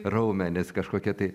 raumenys kažkokie tai